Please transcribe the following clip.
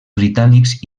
britànics